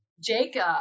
Jacob